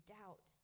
doubt